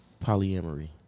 polyamory